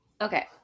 Okay